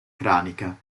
cranica